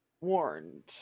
warned